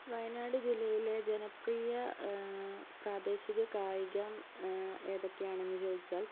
വയനാട് ജില്ലയിലെ ജനപ്രിയ പ്രാദേശിക കായികം ഏതൊക്കെയാണ് എന്ന് ചോദിച്ചാൽ